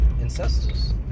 ancestors